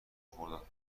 خرداد